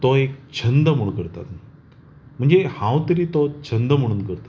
तो एक छंद म्हणुन करतात म्हणजे हांव तरी तो छंद म्हणुन करता